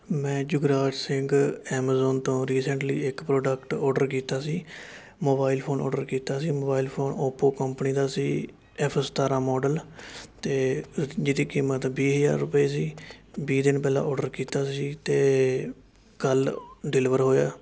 ਮੈਂ ਜੁਗਰਾਜ ਸਿੰਘ ਐਮਾਜ਼ੋਨ ਤੋਂ ਰੀਸੈਂਟਲੀ ਇੱਕ ਪ੍ਰੋਡਕਟ ਔਡਰ ਕੀਤਾ ਸੀ ਮੋਬਾਈਲ ਫ਼ੋਨ ਔਡਰ ਕੀਤਾ ਸੀ ਮੋਬਾਈਲ ਫ਼ੋਨ ਅੋਪੋ ਕੰਪਨੀ ਦਾ ਸੀ ਐਫ ਸਤਾਰਾਂ ਮੌਡਲ ਅਤੇ ਜਿਹਦੀ ਕੀਮਤ ਵੀਹ ਹਜ਼ਾਰ ਰੁਪਏ ਸੀ ਵੀਹ ਦਿਨ ਪਹਿਲਾਂ ਔਡਰ ਕੀਤਾ ਸੀ ਅਤੇ ਕੱਲ੍ਹ ਡਿਲੀਵਰ ਹੋਇਆ